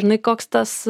žinai koks tas